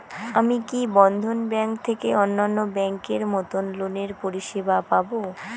আমি কি বন্ধন ব্যাংক থেকে অন্যান্য ব্যাংক এর মতন লোনের পরিসেবা পাব?